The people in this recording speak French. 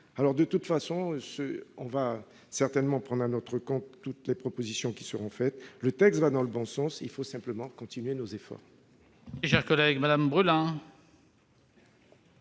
Nous reprendrons certainement à notre compte toutes les propositions qui seront faites ; le texte va dans le bon sens, il faut simplement continuer nos efforts.